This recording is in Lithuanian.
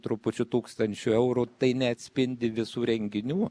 trupučiu tūkstančių eurų tai neatspindi visų renginių